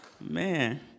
Man